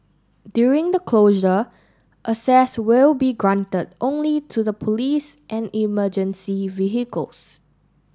during the closure access will be granted only to the police and emergency vehicles